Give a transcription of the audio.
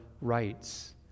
rights